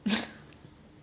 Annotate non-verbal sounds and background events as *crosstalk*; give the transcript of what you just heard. *laughs*